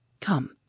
Come